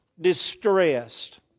distressed